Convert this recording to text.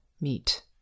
meet